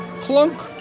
Clunk